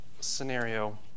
scenario